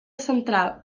central